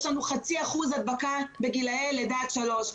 יש לנו 0.5% הדבקה בגילאי לידה עד שלוש.